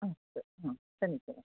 अस्तु हा समीचीनम्